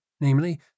namely